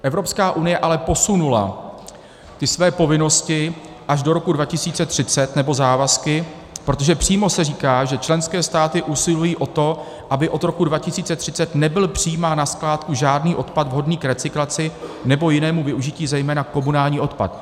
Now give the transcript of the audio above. Evropská unie ale posunula ty své povinnosti až do roku 2030, nebo závazky, protože přímo se říká, že členské státy usilují o to, aby od roku 2030 nebyl přijímán na skládku žádný odpad vhodný k recyklaci nebo jinému využití, zejména komunální odpad.